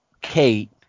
Kate